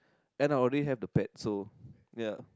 then I really have the pet so ya